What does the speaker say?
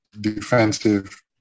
defensive